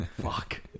Fuck